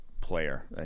player